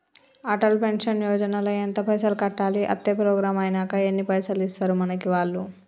Atal pension Yojana ల ఎంత పైసల్ కట్టాలి? అత్తే ప్రోగ్రాం ఐనాక ఎన్ని పైసల్ ఇస్తరు మనకి వాళ్లు?